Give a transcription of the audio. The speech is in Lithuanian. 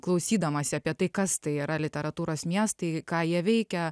klausydamasi apie tai kas tai yra literatūros miestai ką jie veikia